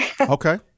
Okay